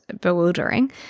bewildering